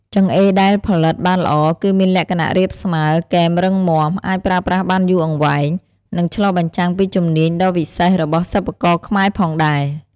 ចង្អេរដែលផលិតបានល្អ គឺមានលក្ខណៈរាបស្មើ គែមរឹងមាំ អាចប្រើប្រាស់បានយូរអង្វែង និងឆ្លុះបញ្ចាំងពីជំនាញដ៏វិសេសរបស់សិប្បករខ្មែរផងដែរ។